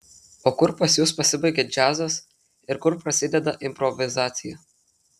o kur pas jus pasibaigia džiazas ir kur prasideda improvizacija